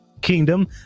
Kingdom